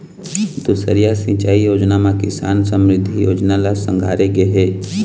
दुसरइया सिंचई योजना म किसान समरिद्धि योजना ल संघारे गे हे